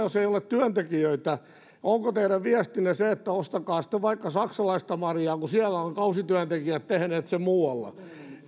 jos ei ole työntekijöitä onko teidän viestinne se että ostakaa sitten vaikka saksalaista marjaa kun siellä ovat kausityöntekijät tehneet sen muualla